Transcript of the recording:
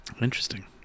interesting